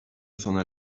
sona